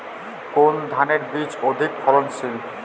কোন ধানের বীজ অধিক ফলনশীল?